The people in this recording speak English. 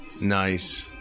Nice